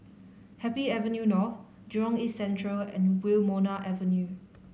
Happy Avenue North Jurong East Central and Wilmonar Avenue